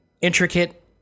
intricate